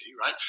right